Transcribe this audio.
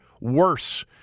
worse